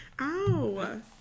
Ow